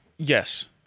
Yes